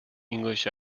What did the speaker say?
english